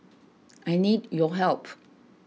I need your help